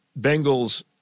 Bengals